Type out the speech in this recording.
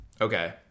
Okay